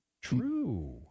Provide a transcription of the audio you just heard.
true